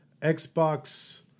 Xbox